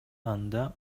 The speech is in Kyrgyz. анда